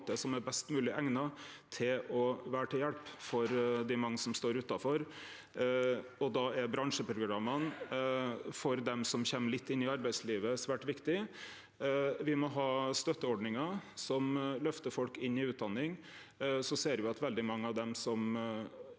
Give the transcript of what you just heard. som er best mogleg eigna til å vere til hjelp for dei mange som står utanfor. Då er bransjeprogramma for dei som kjem litt inn i arbeidslivet, svært viktig. Me må ha støtteordningar som løftar folk inn i utdanning. Me ser at veldig mange av dei som